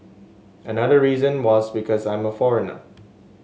another reason was because I'm a foreigner